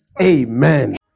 Amen